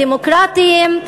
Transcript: דמוקרטיים.